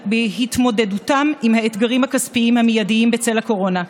בהתמודדותם עם האתגרים הכספיים המיידיים בצל הקורונה.